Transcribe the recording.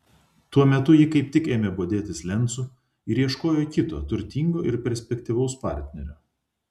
tuo metu ji kaip tik ėmė bodėtis lencu ir ieškojo kito turtingo ir perspektyvaus partnerio